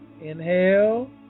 Inhale